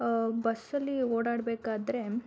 ಬಸ್ಸಲ್ಲಿ ಓಡಾಡಬೇಕಾದ್ರೆ